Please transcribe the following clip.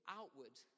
outward